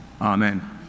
amen